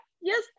yes